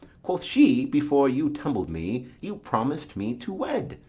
quoth she, before you tumbled me, you promis'd me to wed.